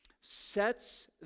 sets